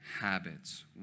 habits